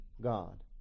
God